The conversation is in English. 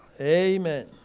Amen